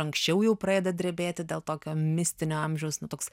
anksčiau jau pradeda drebėti dėl tokio mistinio amžiaus nu toks